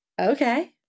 okay